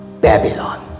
Babylon